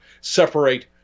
Separate